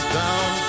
down